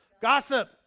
Gossip